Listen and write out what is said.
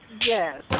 Yes